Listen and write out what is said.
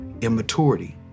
immaturity